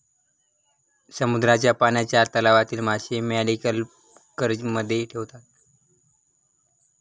समुद्राच्या पाण्याच्या तलावातील मासे मॅरीकल्चरमध्ये ठेवतात